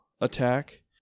attack